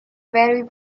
very